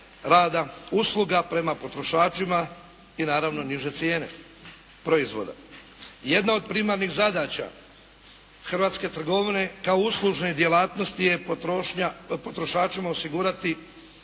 rada, usluga prema potrošačima i naravno niže cijene proizvoda. Jedna od primarnih zadaća hrvatske trgovine kao uslužne djelatnosti je potrošačima osigurati